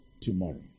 tomorrow